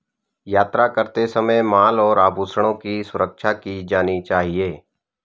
यात्रा करते समय माल और आभूषणों की सुरक्षा की जानी चाहिए